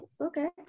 okay